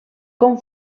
com